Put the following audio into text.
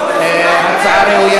ההצעה עובדת להמשך